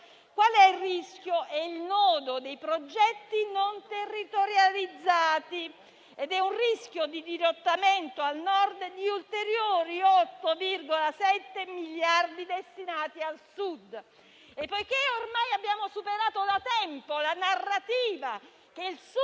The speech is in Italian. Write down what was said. Qual è il rischio? È il nodo dei progetti non territorializzati, ed è un rischio di dirottamento al Nord di ulteriori 8,7 miliardi destinati al Sud. Ormai abbiamo superato da tempo la narrativa che il Sud